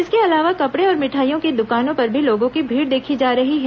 इसके अलावा कपड़े और मिठाईयों की दुकानों पर भी लोगों की भीड़ देखी जा रही है